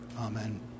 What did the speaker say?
amen